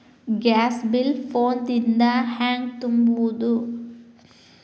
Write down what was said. Gas bill phone ದಿಂದ ಹ್ಯಾಂಗ ತುಂಬುವುದು?